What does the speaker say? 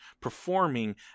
performing